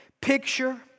Picture